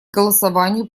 голосованию